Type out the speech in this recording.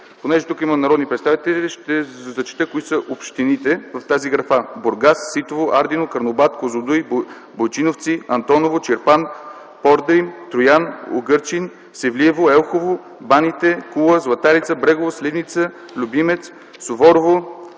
Понеже тук има народни представители, ще зачета кои са общините в тази графа: Бургас, Ситово, Ардино, Карнобат, Козлодуй, Бойчиновци, Антоново, Чирпан, Пордим, Троян, Угърчин, Севлиево, Елхово, Баните, Кула, Златарица, Брегово, Сливница, Любимец, Суворово,